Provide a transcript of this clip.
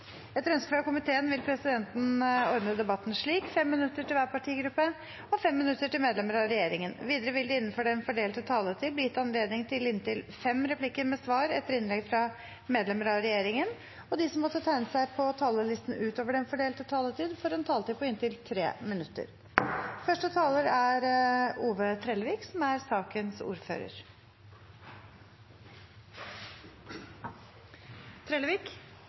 Etter ønske fra kontroll- og konstitusjonskomiteen vil presidenten ordne debatten slik: 5 minutter til hver partigruppe og 5 minutter til medlemmer av regjeringen. Videre vil det – innenfor den fordelte taletid – bli gitt anledning til inntil seks replikker med svar etter innlegg fra medlemmer av regjeringen, og de som måtte tegne seg på talerlisten utover den fordelte taletid, får en taletid på inntil 3 minutter. Som